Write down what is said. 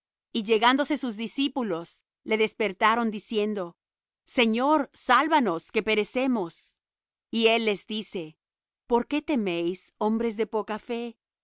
y llegándose sus discípulos le despertaron diciendo señor sálvanos que perecemos y él les dice por qué teméis hombres de poca fe